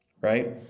Right